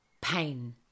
pain